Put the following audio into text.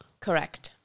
Correct